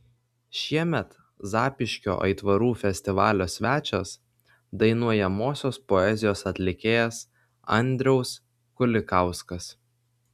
šiemet zapyškio aitvarų festivalio svečias dainuojamosios poezijos atlikėjas andriaus kulikauskas